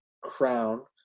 crown